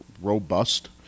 robust